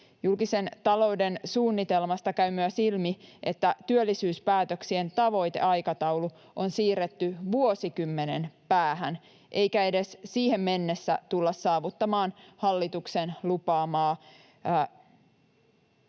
Julkisen talouden suunnitelmasta käy myös ilmi, että työllisyyspäätöksien tavoiteaikataulu on siirretty vuosikymmenen päähän, eikä edes siihen mennessä tulla saavuttamaan hallituksen lupaamaa